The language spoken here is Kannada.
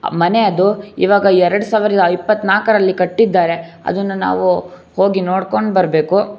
ಮನೆ ಅದು ಇವಾಗ ಎರಡು ಸಾವಿರದ ಇಪ್ಪತ್ನಾಲ್ಕರಲ್ಲಿ ಕಟ್ಟಿದ್ದಾರೆ ಅದನ್ನು ನಾವು ಹೋಗಿ ನೋಡ್ಕೊಂಡು ಬರಬೇಕು